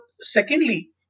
Secondly